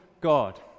God